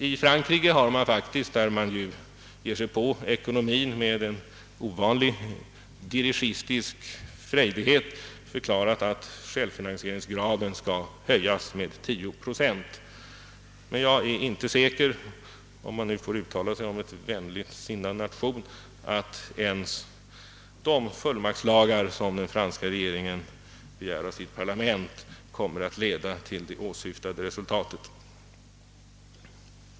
I Frankrike, där man ger sig på ekonomin med en ovanlig dirigistisk frejdighet, har man faktiskt förklarat att självfinansieringsgraden skall höjas med 10 procent. Jag är inte säker på om jag får uttala mig om en vänligt sinnad nation — att ens de fullmaktslagar som den franska regeringen begär av sitt parlament kommer att leda till det åsyftade resultatet.